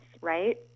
right